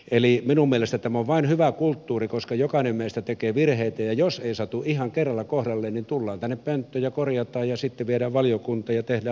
eli minun mielestäni tämä on vain hyvä kulttuuri koska jokainen meistä tekee virheitä ja jos ei satu ihan kerralla kohdalle niin tullaan tänne pönttöön ja korjataan ja sitten viedään valiokuntaan ja tehdään lopulliset päätökset